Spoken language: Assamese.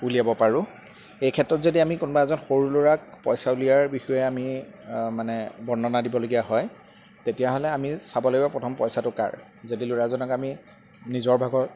উলিয়াব পাৰোঁ এই ক্ষেত্ৰত যদি আমি কোনোবা এজন সৰু ল'ৰাক পইচা উলিয়াৰ বিষয়ে আমি মানে বৰ্ণনা দিবলগীয়া হয় তেতিয়াহ'লে আমি চাব লাগিব প্ৰথম পইচাটো কাৰ যদি ল'ৰাজনক আমি নিজৰ ভাগৰ